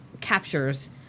captures